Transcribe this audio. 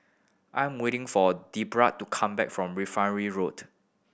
I'm waiting for Debrah to come back from Refinery Road